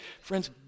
friends